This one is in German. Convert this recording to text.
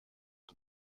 mit